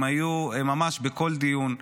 הם היו ממש בכל דיון,